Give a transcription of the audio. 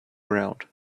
ground